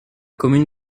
commune